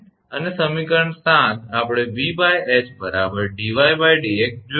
અને સમીકરણ 7 આપણે 𝑉𝐻 𝑑𝑦𝑑𝑥 જોયું છે